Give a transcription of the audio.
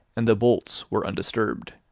and the bolts were undisturbed.